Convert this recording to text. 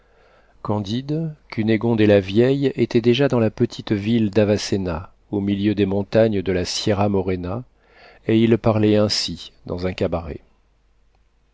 candide cunégonde et la vieille étaient déjà dans la petite ville d'avacéna au milieu des montagnes de la sierra morena et ils parlaient ainsi dans un cabaret